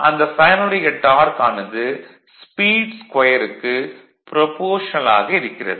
அந்த ஃபேனுடைய டார்க் ஆனது ஸ்பீடு ஸ்கொயருக்கு ப்ரபோஷனல் ஆக இருக்கிறது